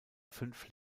fünf